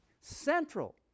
central